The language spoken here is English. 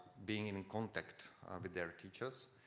being in contact with their teachers,